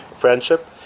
friendship